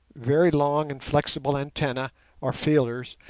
very long and flexible antennae or feelers,